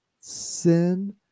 Sin